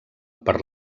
per